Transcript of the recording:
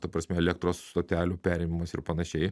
ta prasme elektros stotelių perėmimas ir panašiai